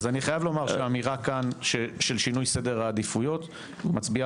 אז אני חייב לומר שהאמירה כאן של שינוי סדר העדיפויות מצביעה